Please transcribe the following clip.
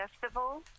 festival